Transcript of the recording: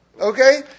okay